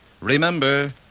Remember